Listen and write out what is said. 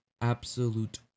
Absolute